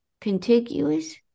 Contiguous